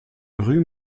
rue